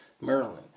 Maryland